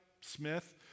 Smith